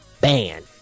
ban